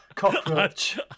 cockroach